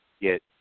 get